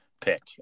pick